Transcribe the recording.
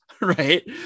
right